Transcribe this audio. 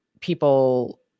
people